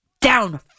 Down